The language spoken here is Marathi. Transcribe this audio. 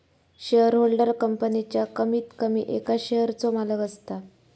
शेयरहोल्डर कंपनीच्या कमीत कमी एका शेयरचो मालक असता